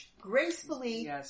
gracefully